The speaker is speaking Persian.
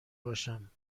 باشم